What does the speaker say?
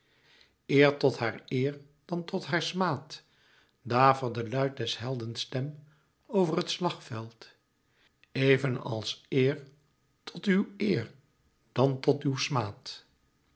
eer tot haar eer dan tot haar smaad daverde luid des helden stem over het slagveld even als eer tot uw eer dan tot uw smaad